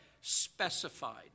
specified